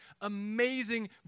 amazing